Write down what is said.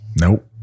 Nope